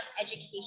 education